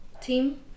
team